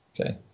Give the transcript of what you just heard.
Okay